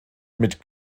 mit